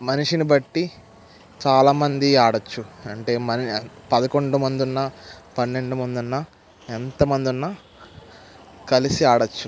మనిషిని బట్టి చాలా మంది ఆడవచ్చు అంటే పదకొండు మంది ఉన్నా పన్నెండు మంది ఉన్నా ఎంత మంది ఉన్నా కలిసి ఆడవచ్చు